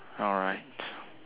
alright